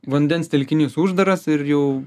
vandens telkinys uždaras ir jau